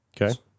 Okay